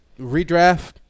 redraft